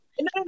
no